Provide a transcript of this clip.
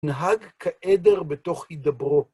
נהג כעדר בתוך הדברו.